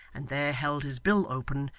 and there held his bill open,